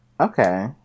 okay